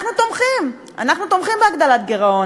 אנחנו תומכים, אנחנו תומכים בהגדלת גירעון.